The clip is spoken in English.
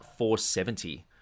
470